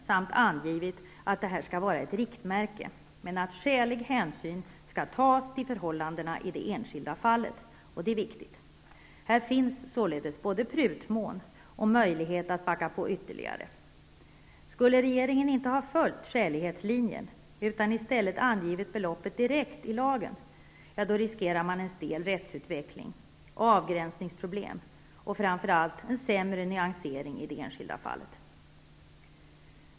samt angivit att detta skall vara ett riktmärke, men att skälig hänsyn skall tas till förhållandena i det enskilda fallet, och det är viktigt. Här finns således både prutmån och möjlighet att backa på ytterligare. Skulle regeringen inte ha följt skälighetslinjen utan i stället angivit beloppet direkt i lagen, så hade man riskerat en stel rättsutveckling, avgränsningsproblem och framför allt en sämre nyansering i det enskilda fallet.